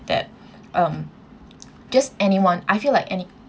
that um just anyone I feel like any